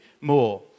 more